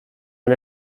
han